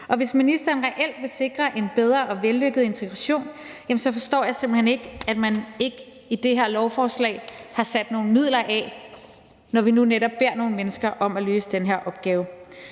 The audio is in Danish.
og hvis ministeren reelt vil sikre en bedre og vellykket integration, forstår jeg simpelt hen ikke, at man ikke i det her lovforslag har sat nogle midler af, når vi nu netop beder nogle mennesker om at løse den her opgave.